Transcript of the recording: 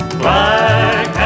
black